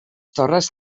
torres